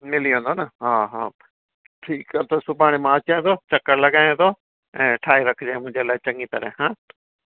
मिली वेंदो न हा हा ठीकु आहे त सुभाणे मां अचां थो चकर लॻायां थो ऐं ठाहे रखिजांइ मुंहिंजे लाइ चङी तरह हां